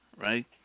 right